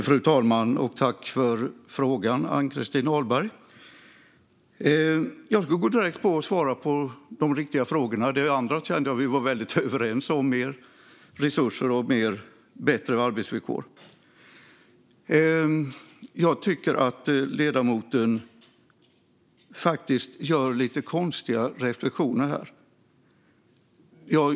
Fru talman! Tack för frågan, Ann-Christin Ahlberg! Jag ska gå direkt på de riktiga frågorna och svara på dem. Det som handlade om resurser och bättre arbetsvillkor kände jag att vi var väldigt överens om. Jag tycker faktiskt att ledamoten gör lite konstiga reflektioner här.